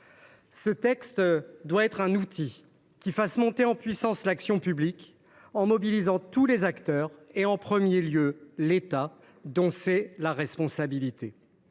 Ce texte doit être un outil qui fasse monter en puissance l’action publique en mobilisant tous les acteurs et en premier lieu l’État, dont c’est la responsabilité.